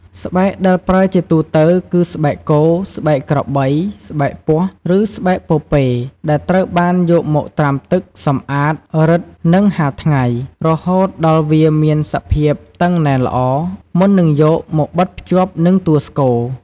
ស្បែកដែលប្រើជាទូទៅគឺ ស្បែកគោ ស្បែកក្របី ស្បែកពស់ ឬស្បែកពពែ ដែលត្រូវបានយកមកត្រាំទឹក សម្អាត រឹត និងហាលថ្ងៃ រហូតដល់វាមានសភាពតឹងណែនល្អ មុននឹងយកមកបិទភ្ជាប់នឹងតួស្គរ។